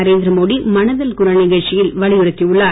நரேந்திரமோடி மனதின் குரல் நிகழ்ச்சியில் வலியுறுத்தி உள்ளார்